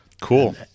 Cool